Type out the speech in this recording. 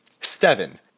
Seven